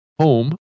home